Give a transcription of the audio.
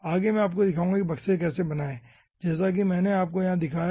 आगे मैं आपको दिखाऊंगा कि बक्से कैसे बनाएं जैसा कि मैंने आपको यहां दिखाया है